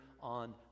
on